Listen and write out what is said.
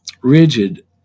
rigid